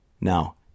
Now